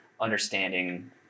understanding